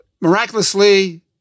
Miraculously